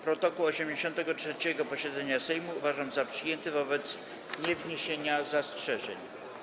Protokół 83. posiedzenia Sejmu uważam za przyjęty wobec niewniesienia zastrzeżeń.